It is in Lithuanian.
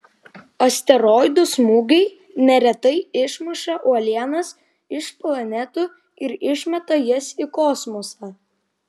asteroidų smūgiai neretai išmuša uolienas iš planetų ir išmeta jas į kosmosą